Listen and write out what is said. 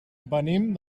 venim